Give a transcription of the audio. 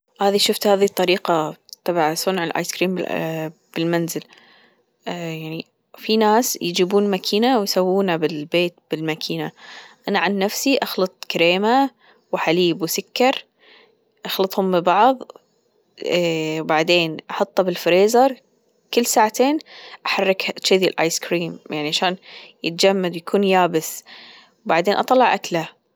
هذي شفت هذي الطريقة تبع صنع الآيس كريم بالمنزل يعني في ناس يجيبون ماكينة ويسوونها بالبيت بالماكينة أنا عن نفسي أخلط كريمة وحليب وسكر أخلطهم ببعض بعدين أحطه بالفريزر كل ساعتين أحركه تشذى الآيس كريم يعني عشان يتجمد يكون يابس بعدين أطلع أكله.